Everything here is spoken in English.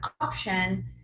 option